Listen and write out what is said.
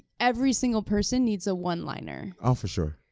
every single person needs a one liner. oh, for sure.